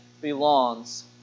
belongs